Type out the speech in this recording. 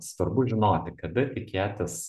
svarbu žinoti kada tikėtis